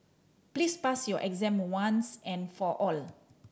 please pass your exam once and for all